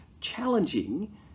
challenging